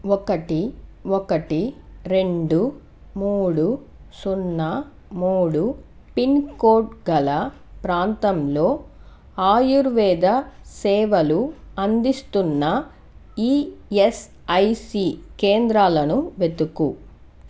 ఒకటి ఒకటి రెండు మూడు సున్నా మూడు పిన్కోడ్ గల ప్రాంతంలో ఆయుర్వేద సేవలు అందిస్తున్న ఈఎస్ఐసీ కేంద్రాలను వెతుకు